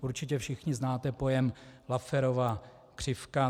Určitě všichni znáte pojem Lafferova křivka.